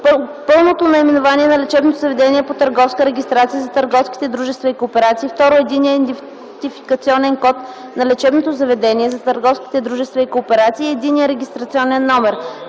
пълното наименование на лечебното заведение по търговска регистрация – за търговските дружества и кооперации; 2. Единният идентификационен код на лечебното заведение (за търговските дружества и кооперации) и единен регистрационен номер;